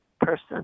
person